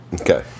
Okay